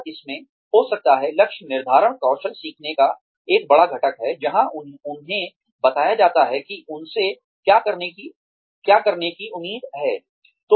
और इसमें हो सकता है लक्ष्य निर्धारण कौशल सीखने का एक बड़ा घटक है जहाँ उन्हें बताया जाता है कि उनसे क्या करने की उम्मीद है